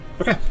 Okay